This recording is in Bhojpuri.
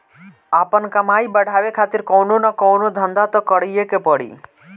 आपन कमाई बढ़ावे खातिर कवनो न कवनो धंधा तअ करीए के पड़ी